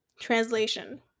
translation